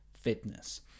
fitness